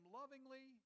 lovingly